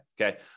okay